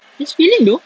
it's filling though